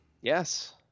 yes